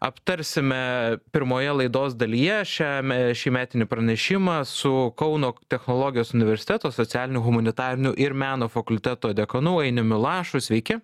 aptarsime pirmoje laidos dalyje šiame šį metinį pranešimą su kauno technologijos universiteto socialinių humanitarinių ir meno fakulteto dekanu ainiumi lašu sveiki